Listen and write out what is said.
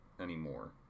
anymore